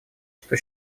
что